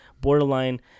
borderline